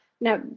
now